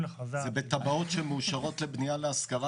-- -זה בתב"עות שמאושרות לבנייה להשכרה